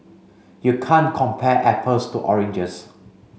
you can't compare apples to oranges